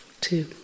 Two